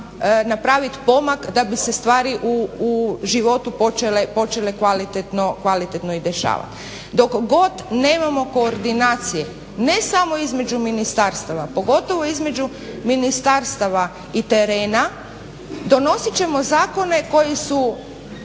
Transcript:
napraviti pomak da bi se stvari u životu počele, počele kvalitetno i dešavat. Dok god nemamo koordinacije ne samo između ministarstava, pogotovo između ministarstava i terena, donosite ćemo zakone koji su